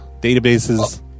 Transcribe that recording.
Databases